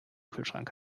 kühlschrank